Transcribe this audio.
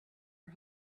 her